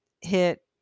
hit